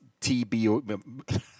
TBO